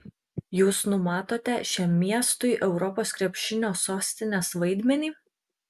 jūs numatote šiam miestui europos krepšinio sostinės vaidmenį